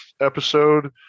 episode